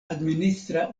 administra